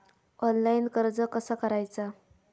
Online कर्ज कसा करायचा?